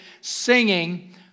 singing